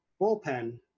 bullpen